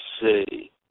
see